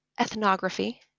ethnography